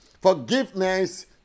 Forgiveness